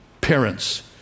parents